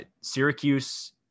Syracuse